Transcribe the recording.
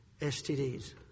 STDs